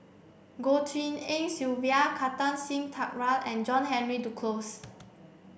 Goh Tshin En Sylvia Kartar Singh Thakral and John Henry Duclos